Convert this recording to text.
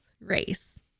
race